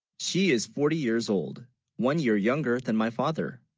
she is forty years old one year younger than my father?